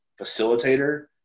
facilitator